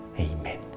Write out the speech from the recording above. Amen